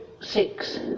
six